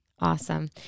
Awesome